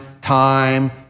time